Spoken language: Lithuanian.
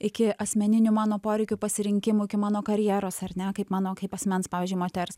iki asmeninių mano poreikių pasirinkimų iki mano karjeros ar ne kaip mano kaip asmens pavyzdžiui moters